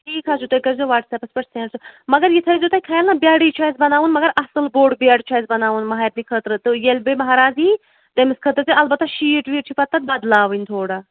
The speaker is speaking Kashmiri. ٹھیٖک حظ چھُ تُہۍ کٔرۍزیو وٹسیپَس پٮ۪ٹھ سٮ۪نٛڈ سُہ مگر یہِ تھٲیزیو تُہۍ خیال نہ بٮ۪ڈٕے چھِ اَسہِ بناوُن مگر اَصٕل بوٚڑ بٮ۪ڈ چھُ اَسہِ بناوُن مہرنہِ خٲطرٕ تہٕ ییٚلہِ بیٚیہِ مہراز یی تٔمِس خٲطرٕ تہِ البتہ شیٖٹ ویٖٹ چھِ پَتہٕ تَتھ بدلاوٕنۍ تھوڑا